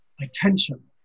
attention